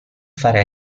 fare